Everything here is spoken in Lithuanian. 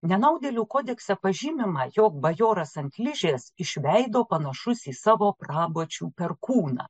nenaudėlių kodeksą pažymima jog bajoras ant ližės iš veido panašus į savo prabočių perkūną